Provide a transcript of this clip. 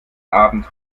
abend